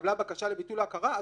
התקבלה בקשה לביטול ההכרה,